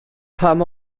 pam